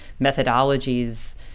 methodologies